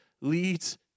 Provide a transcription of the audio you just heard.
leads